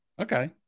okay